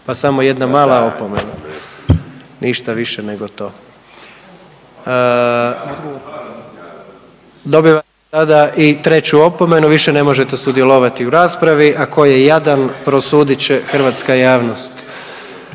pa samo jedna mala opomena. Ništa više nego to. .../Upadica se ne čuje./... Dobivate sada i treću opomenu, više ne možete sudjelovati u raspravi, a tko je jadan prosudit će hrvatska javnost.